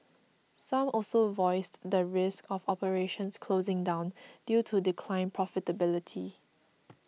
some also voiced the risk of operations closing down due to declined profitability